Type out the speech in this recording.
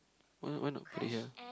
why why not Korea